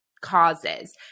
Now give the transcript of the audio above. causes